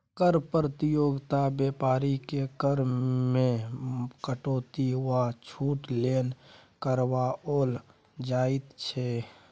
कर प्रतियोगिता बेपारीकेँ कर मे कटौती वा छूट लेल करबाओल जाइत छै